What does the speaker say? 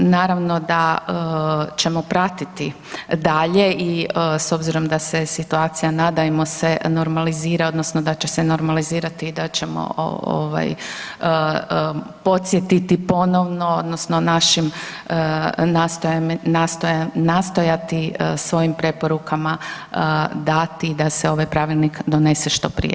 Naravno da ćemo pratiti dalje i s obzirom da se situacija nadajmo se normalizira odnosno da će se normalizirati i da ćemo podsjetiti ponovno odnosno našim nastojati svojim preporukama dati da se ovaj Pravilnik donese što prije.